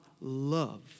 love